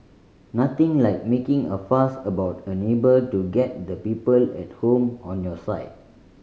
nothing like making a fuss about a neighbour to get the people at home on your side